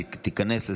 אין מתנגדים,